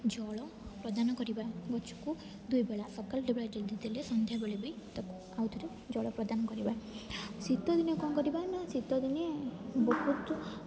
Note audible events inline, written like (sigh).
ଜଳ ପ୍ରଦାନ କରିବା ଗଛକୁ ଦୁଇବେଳା ସକାଳ (unintelligible) ଦେଲେ ସନ୍ଧ୍ୟାବେଳେ ବି ତାକୁ ଆଉଥିରେ ଜଳ ପ୍ରଦାନ କରିବା ଶୀତଦିନେ କ'ଣ କରିବା ନା ଶୀତଦିନେ ବହୁତ